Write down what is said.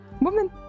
Woman